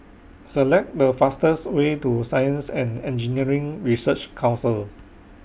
Select The fastest Way to Science and Engineering Research Council